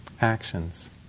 actions